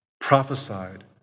prophesied